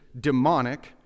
demonic